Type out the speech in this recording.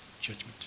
judgment